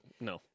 no